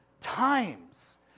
times